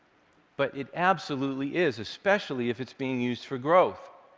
but it absolutely is, especially if it's being used for growth.